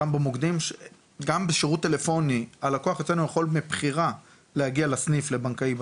גם בשירות טלפוני הלקוח אצלנו יכול מבחירה להגיע לסניף לבנקאי.